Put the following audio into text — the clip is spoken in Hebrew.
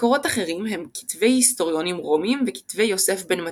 מקורות אחרים הם כתבי היסטוריונים רומיים וכתבי יוסף בן מתתיהו.